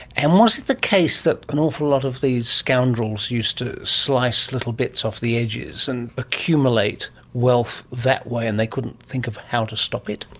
and was it the case that an awful lot of these scoundrels used to slice little bits off the edges and accumulate wealth that way and they couldn't think of how to stop it?